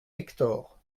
hector